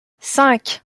cinq